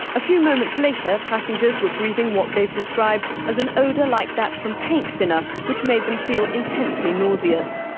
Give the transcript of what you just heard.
a few moments later passengers were breathing what they've described as an odour like that from paint thinner which made them feel intensely nauseous.